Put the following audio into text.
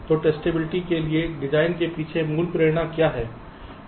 तो टेस्टेबिलिटी के लिए डिजाइन के पीछे मूल प्रेरणा क्या है